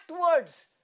words